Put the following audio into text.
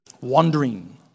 wandering